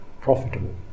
profitable